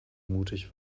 mutig